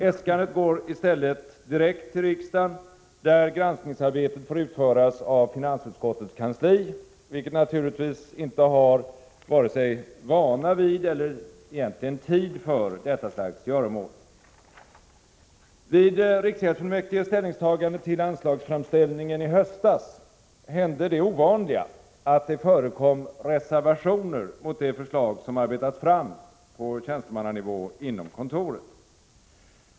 Äskandet går i stället direkt till riksdagen, där granskningsarbetet får utföras av finansutskottet kansli, vilket naturligtvis inte har vare sig vana vid eller tid för detta slags göromål. Vid riksgäldsfullmäktiges ställningstagande till anslagsframställningen i höstas hände det ovanliga att det förekom reservationer mot det förslag som arbetats fram på tjänstemannanivå inom kontoret.